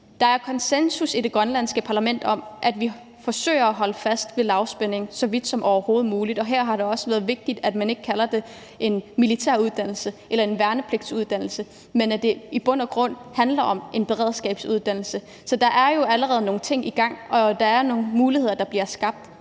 Der er konsensus i det grønlandske parlament om, at vi skal forsøge at holde fast i, at der skal være lavspænding så vidt som overhovedet muligt, og her er det også vigtigt, at man ikke kalder det en militær uddannelse eller en værnepligtsuddannelse, fordi det i bund og grund er en beredskabsuddannelse. Så der er jo allerede nogle ting i gang, og der er nogle muligheder, der bliver skabt,